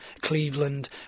Cleveland